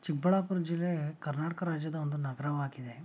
ಚಿಕ್ಕಬಳ್ಳಾಪುರ ಜಿಲ್ಲೆ ಕರ್ನಾಟಕ ರಾಜ್ಯದ ಒಂದು ನಗರವಾಗಿದೆ